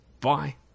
Bye